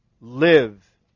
live